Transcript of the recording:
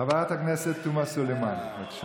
חברת הכנסת תומא סלימאן, בבקשה.